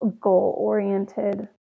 goal-oriented